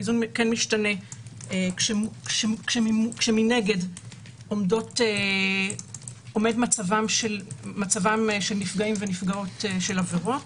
האיזון משתנה כשמנגד עומד מצבם של נפגעים ונפגעות של עבירות.